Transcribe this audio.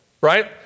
right